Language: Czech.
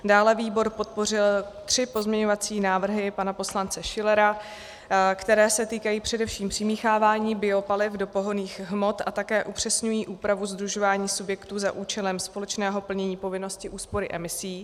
Dále výbor podpořil tři pozměňovací návrhy pana poslance Schillera, které se týkají především přimíchávání biopaliv do pohonných hmot a také upřesňují úpravu sdružování subjektů za účelem společného plnění povinnosti úspory emisí.